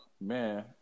Man